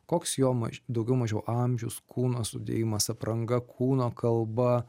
koks jo maž daugiau mažiau amžius kūno sudėjimas apranga kūno kalba